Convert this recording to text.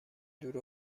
دور